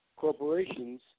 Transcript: corporations